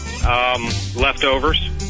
Leftovers